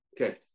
Okay